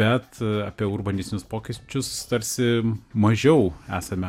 bet apie urbanistinius pokyčius tarsi mažiau esame